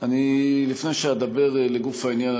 לפני שאדבר לגוף העניין,